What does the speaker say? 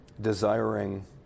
desiring